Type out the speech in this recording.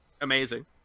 Amazing